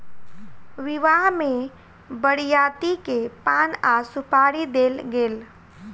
विवाह में बरियाती के पान आ सुपारी देल गेल